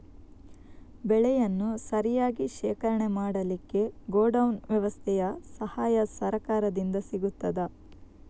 ಬೆಳೆಯನ್ನು ಸರಿಯಾಗಿ ಶೇಖರಣೆ ಮಾಡಲಿಕ್ಕೆ ಗೋಡೌನ್ ವ್ಯವಸ್ಥೆಯ ಸಹಾಯ ಸರಕಾರದಿಂದ ಸಿಗುತ್ತದಾ?